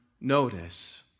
notice